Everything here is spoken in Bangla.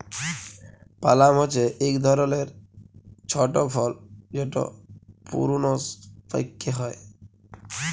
পালাম হছে ইক ধরলের ছট ফল যেট পূরুনস পাক্যে হয়